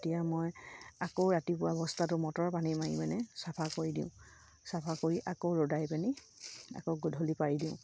তেতিয়া মই আকৌ ৰাতিপুৱা বস্তাটো মটৰ পানী মাৰি মানে চফা কৰি দিওঁ চফা কৰি আকৌ ৰ'দাই পিনি আকৌ গধূলি পাৰি দিওঁ